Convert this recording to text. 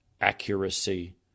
accuracy